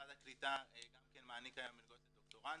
משרד הקליטה גם כן מעניק היום מלגות לדוקטורנטים,